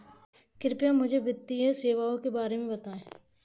कृपया मुझे वित्तीय सेवाओं के बारे में बताएँ?